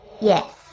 Yes